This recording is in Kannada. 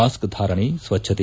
ಮಾಸ್ಕ ಧಾರಣೆ ಸ್ವಜ್ಞತೆ